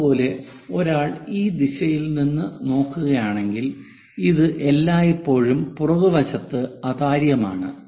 അതുപോലെ ഒരാൾ ഈ ദിശയിൽ നിന്ന് നോക്കുകയാണെങ്കിൽ ഇത് എല്ലായ്പ്പോഴും പുറകുവശത്ത് അതാര്യമാണ്